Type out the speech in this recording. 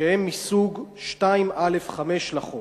שהם מסוג 2(א)(5) לחוק.